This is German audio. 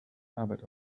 arbeit